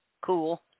cool